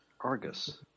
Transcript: Argus